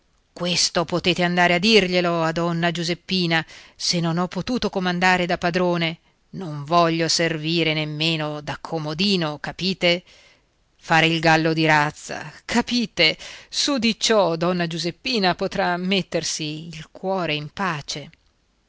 questo potete andare a dirglielo a donna giuseppina se non ho potuto comandare da padrone non voglio servire nemmeno da comodino capite fare il gallo di razza capite su di ciò donna giuseppina potrà mettersi il cuore in pace